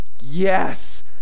Yes